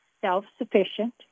self-sufficient